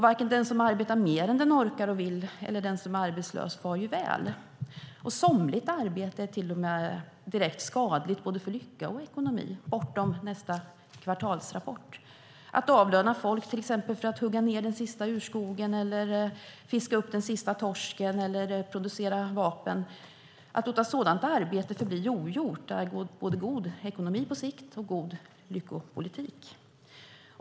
Varken den som arbetar mer än den orkar och vill eller den som är arbetslös far väl. Somligt arbete är till och med direkt skadligt för både lycka och ekonomi, bortom nästa kvartalsrapport. Vi kan avlöna folk för att till exempel hugga ned den sista urskogen, fiska upp den sista torsken eller producera vapen, men att låta sådant arbete förbli ogjort är både god ekonomi på sikt och god lyckopolitik.